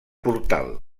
portal